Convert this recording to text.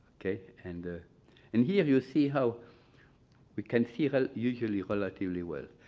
okay? and ah and here you see how we can see how usually relatively well.